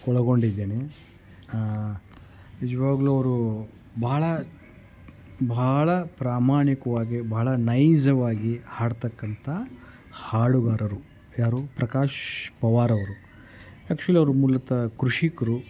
ಒಳಗೊಂಡಿದ್ದೇನೆ ನಿಜವಾಗ್ಲೂ ಅವರು ಬಹಳ ಬಹಳ ಪ್ರಾಮಾಣಿಕವಾಗಿ ಬಹಳ ನೈಜವಾಗಿ ಹಾಡತಕ್ಕಂಥ ಹಾಡುಗಾರರು ಯಾರು ಪ್ರಕಾಶ್ ಪವಾರವರು ಆ್ಯಕ್ಚುಲಿ ಅವರು ಮೂಲತಃ ಕೃಷಿಕರು